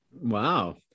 Wow